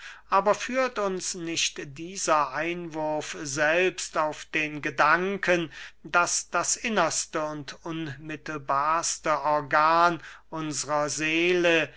aber führt uns nicht dieser einwurf selbst auf den gedanken daß das innerste und unmittelbarste organ unsrer seele